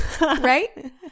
right